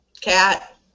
Cat